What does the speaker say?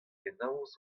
penaos